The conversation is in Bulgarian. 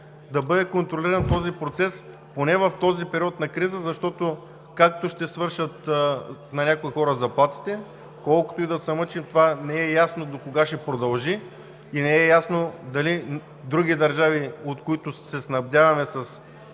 да бъде контролиран поне в периода на криза. Защото, както ще свършат заплатите на някои хора, колкото и да се мъчим, това не е ясно до кога ще продължи и не е ясно дали други държави, от които се снабдяваме